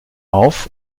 auf